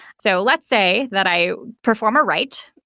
so let's say that i perform a write,